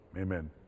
Amen